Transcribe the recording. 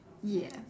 ya